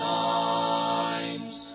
times